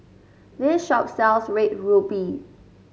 this shop sells Red Ruby